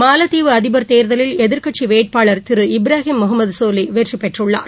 மாலத்தீவு அதிபர் தேர்தலில் எதிர்க்கட்சிவேட்பாளர் திரு இப்ரஹிம் முகமதசோலிவெற்றிபெற்றுள்ளார்